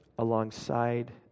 alongside